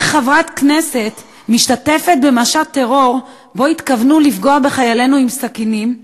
איך חברת כנסת משתתפת במשט טרור שבו התכוונו לפגוע בחיילינו עם סכינים?